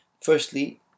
Firstly